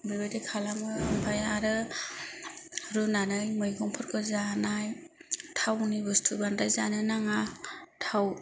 बेबायदि खालामो ओमफ्राय आरो रुनानै मैगंफोरखौ जानाय थावनि बेसाद बांद्राय जानो नाङा थाव